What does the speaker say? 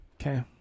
Okay